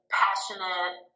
passionate